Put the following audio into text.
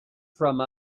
from